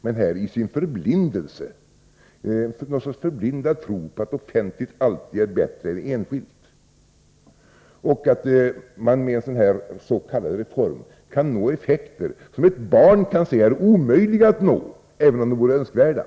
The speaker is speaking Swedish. Men här har man någon sorts förblindad tro på att offentligt alltid är bättre än enskilt. Man vill med denna s.k. reform nå effekter som ett barn kan se är omöjliga att nå, även om de vore önskvärda.